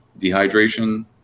dehydration